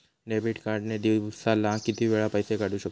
Debit card ने दिवसाला किती वेळा पैसे काढू शकतव?